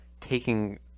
taking